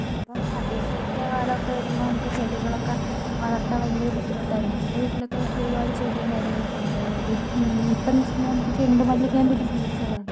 ഇപ്പോൾ അതിശൈത്യ കാലമൊക്കെ വരുമ്പോൾ നമുക്ക് ചെടികളൊക്കെ വളർത്താൻ ഭയങ്കര ബുദ്ധിമുട്ടാണ് എൻ്റെ വീട്ടിലൊക്കെ ഒരുപാട് ചെടിയും കാര്യങ്ങളൊക്കെ ഉണ്ട് അതായത് ഇപ്പോൾ എന്ന് വെച്ചിട്ടുണ്ടെങ്കിൽ നമുക്ക് ചെണ്ടുമല്ലികേൻറെ ഒരു സീസണാണ്